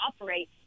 operate